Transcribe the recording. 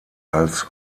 als